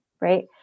right